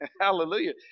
Hallelujah